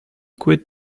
quit